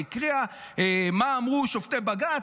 היא הקריאה מה אמרו שופטי בג"ץ.